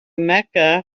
mecca